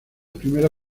primera